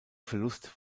verlust